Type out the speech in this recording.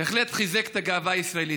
זה בהחלט חיזק את הגאווה הישראלית.